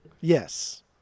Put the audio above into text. Yes